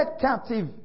captive